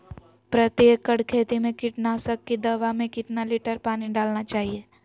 प्रति एकड़ खेती में कीटनाशक की दवा में कितना लीटर पानी डालना चाइए?